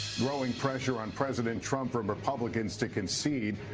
growing pressure on president trump from republicans to concede.